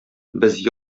без